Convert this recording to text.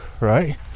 right